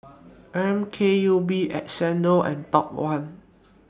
M K U P Xndo and Top one